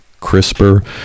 CRISPR